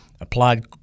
applied